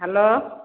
hello